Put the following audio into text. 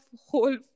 whole